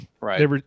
Right